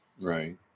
Right